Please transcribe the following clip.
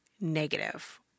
negative